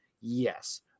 Yes